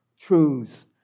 truths